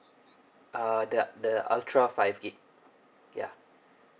uh that the ultra five G_B ya